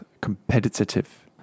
competitive